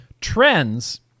Trends